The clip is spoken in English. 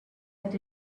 that